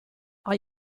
are